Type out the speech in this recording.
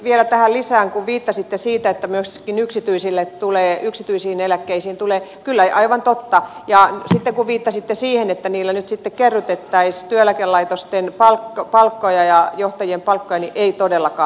vielä tähän lisään kun viittasitte siihen että näitä myöskin yksityisiin eläkkeisiin tulee niin kyllä aivan totta ja sitten kun viittasitte siihen että niillä nyt sitten kerrytettäisiin työeläkelaitosten palkkoja ja johtajien palkkoja niin ei todellakaan